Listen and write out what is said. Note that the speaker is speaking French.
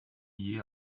lié